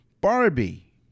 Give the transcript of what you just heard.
Barbie